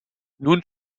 nun